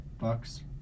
Bucks